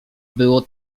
było